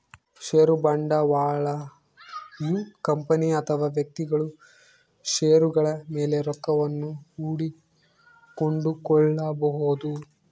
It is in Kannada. ಷೇರು ಬಂಡವಾಳಯು ಕಂಪನಿ ಅಥವಾ ವ್ಯಕ್ತಿಗಳು ಷೇರುಗಳ ಮೇಲೆ ರೊಕ್ಕವನ್ನು ಹೂಡಿ ಕೊಂಡುಕೊಳ್ಳಬೊದು